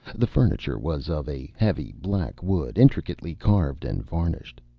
the furniture was of a heavy, black wood, intricately carved and varnished.